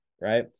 right